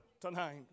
tonight